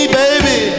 baby